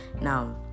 Now